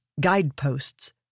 guideposts